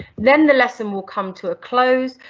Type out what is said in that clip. then the lesson will come to a close.